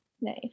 nice